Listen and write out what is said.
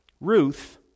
Ruth